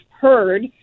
heard